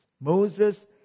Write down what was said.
Moses